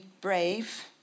brave